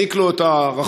העניק לו את הרחפן,